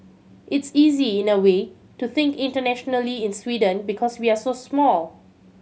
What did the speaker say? it's easy in a way to think internationally in Sweden because we're so small